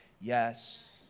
yes